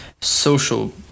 social